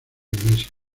iglesia